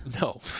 No